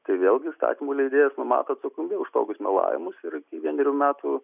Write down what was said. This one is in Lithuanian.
tai vėlgi įstatymų leidėjas numato atsakomybę už tokius melavimus ir iki vienerių metų